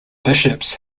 bishops